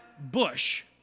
bush